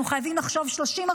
אנחנו חייבים לחשוב 30,